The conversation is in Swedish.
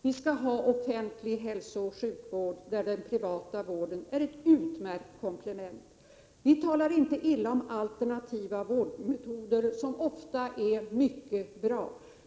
Vi skall ha offentlig hälsooch sjukvård, och den privata vården är ett utmärkt komplement till den. Vi talar inte illa om alternativa vårdmetoder, som ofta är mycket bra.